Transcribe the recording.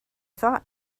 thought